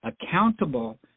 accountable